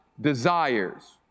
desires